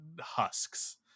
husks